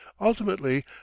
Ultimately